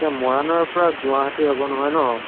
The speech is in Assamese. এতিয়া মৰাণৰ পৰা গুৱাহাটী হ'ব নহয় নহ্